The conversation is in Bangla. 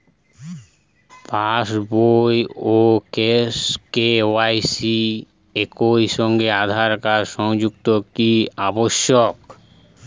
পাশ বই ও কে.ওয়াই.সি একই সঙ্গে আঁধার কার্ড সংযুক্ত কি আবশিক?